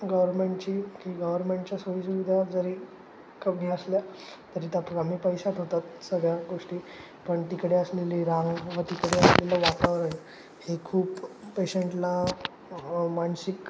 गव्हर्मेंटची की गव्हर्मेंटच्या सोयीसुविधा जरी कमी असल्या तरी त्या कमी पैशात होतात सगळ्या गोष्टी पण तिकडे असलेली राह व तिकडे असलेलं वातावरण हे खूप पेशंटला मानसिक